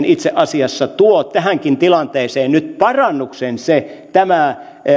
itse asiassa tähänkin tilanteeseen tuo nyt parannuksen tämä